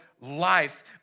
life